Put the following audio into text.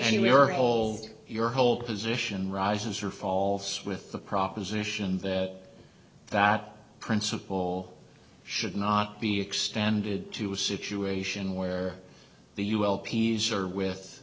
were hold your whole position rises or falls with the proposition that that principle should not be extended to a situation where the ul peas are with